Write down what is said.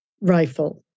rifle